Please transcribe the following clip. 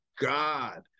God